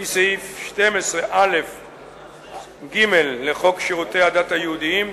לפי סעיף 12א(ג) לחוק שירותי הדת היהודיים ,